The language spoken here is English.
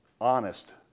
honest